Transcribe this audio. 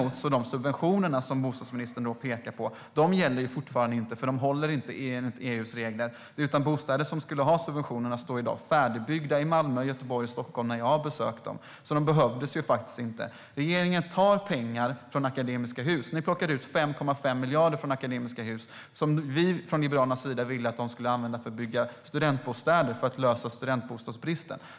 De subventioner som bostadsministern pekar på gäller fortfarande inte, för de håller inte enligt EU:s regler. De bostäder som skulle ha subventionerna står i dag färdigbyggda i Malmö, Göteborg och Stockholm, när jag har besökt dem, så subventionerna behövdes faktiskt inte. Regeringen tar pengar från Akademiska Hus. Ni plockade ut 5,5 miljarder från Akademiska Hus, som vi från Liberalernas sida ville skulle användas för att bygga studentbostäder för att lösa studentbostadsbristen.